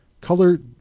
color